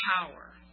power